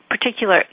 particular